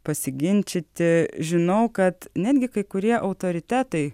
pasiginčyti žinau kad netgi kai kurie autoritetai